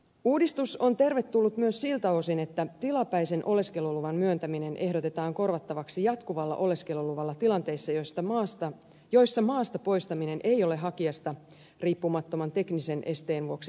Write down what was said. uudistus on tervetullut myös siltä osin että tilapäisen oleskeluluvan myöntäminen ehdotetaan korvattavaksi jatkuvalla oleskeluluvalla tilanteissa joissa maasta poistaminen ei ole hakijasta riippumattoman teknisen esteen vuoksi mahdollista